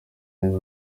neza